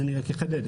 אני אחדד.